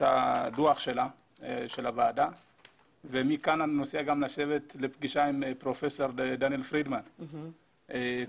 הדוח של הוועדה ומכאן אני נוסע לפגישה עם פרופסור דניאל פרידמן,